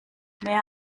mehr